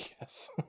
yes